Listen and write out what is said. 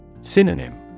Synonym